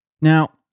Now